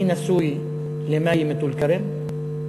אני נשוי למאי מטול-כרם.